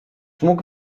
mógł